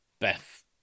Beth